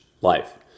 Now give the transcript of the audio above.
life